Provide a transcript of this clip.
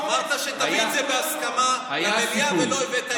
אמרת שתביא את זה בהסכמה למליאה ולא הבאת את זה.